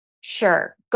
sure